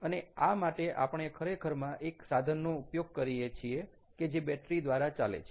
અને આ માટે આપણે ખરેખરમાં એક સાધનનો ઉપયોગ કરીએ છીએ કે જે બેટરી દ્વારા ચાલે છે